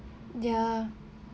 ya